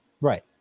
Right